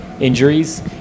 injuries